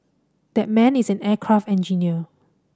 that man is an aircraft engineer